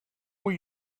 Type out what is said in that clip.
will